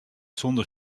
sûnder